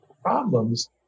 problems